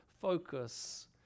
focus